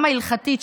גם ההלכתית,